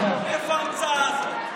מאיפה ההמצאה הזאת?